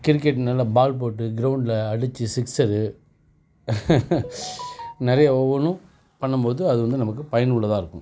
cricket நல்லா ball போட்டு க்ரவுண்டில் அடித்து சிக்ஸரு நிறைய ஒவ்வொன்றும் பண்ணும்போது அது வந்து நமக்கு பயனுள்ளதாக இருக்கும்